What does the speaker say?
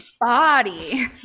body